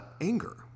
anger